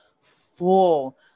full